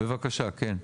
כן?